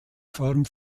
form